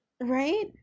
Right